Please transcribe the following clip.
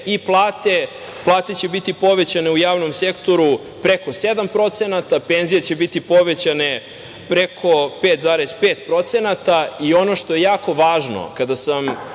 i plate. Plate će biti povećane u javnom sektoru preko 7%, penzije će biti povećane preko 5,5%.Ono što je jako važno kada pričam